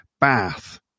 bath